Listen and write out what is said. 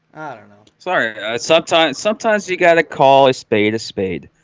you know sorry sometimes sometimes you gotta call a spade a spade.